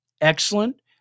excellent